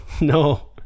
no